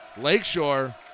Lakeshore